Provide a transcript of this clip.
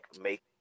make